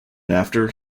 after